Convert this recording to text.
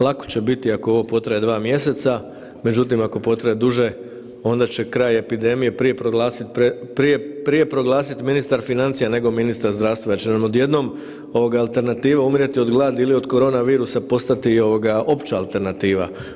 Lako će biti ako ovo potraje dva mjeseca, međutim ako potraje duže onda će kraj epidemije prije proglasiti ministar financija nego ministar zdravstva jer će nam odjednom alternativa umrijeti od gladi ili od korona virusa postati opća alternativa.